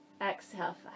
exhale